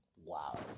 Wow